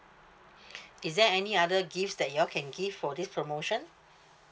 is there any other gifs that you all can give for this promotion